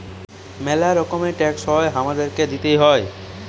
ম্যালা রকমের ট্যাক্স হ্যয় হামাদেরকে দিতেই হ্য়য়